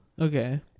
okay